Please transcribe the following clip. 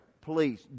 please